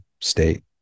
state